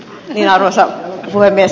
arvoisa puhemies